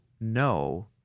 no